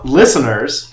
listeners